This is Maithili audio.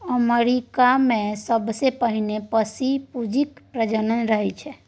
अमरीकामे सबसँ पहिने आपसी पुंजीक प्रचलन रहय